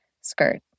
skirt